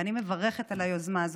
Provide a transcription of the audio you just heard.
ואני מברכת על היוזמה הזו,